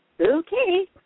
okay